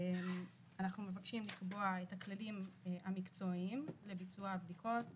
אנחנו מבקשים לקבוע את הכללים המקצועיים לביצוע הבדיקות,